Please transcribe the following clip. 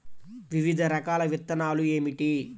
వివిధ రకాల విత్తనాలు ఏమిటి?